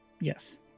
yes